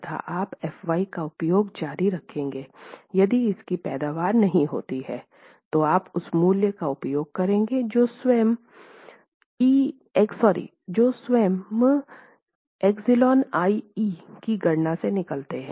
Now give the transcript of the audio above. तथा आप f y का उपयोग जारी रखेंगे यदि इसकी पैदावार नहीं होती है तो आप उस मूल्य का उपयोग करेंगे जो स्वयं the εiE की गणना से निकलते हैं